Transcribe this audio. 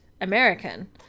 American